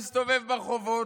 יש שמועות שאו-טו-טו יש עוד שר,